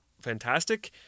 fantastic